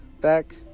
back